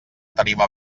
tarima